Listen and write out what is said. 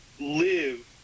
live